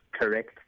correct